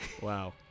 Wow